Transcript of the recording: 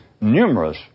numerous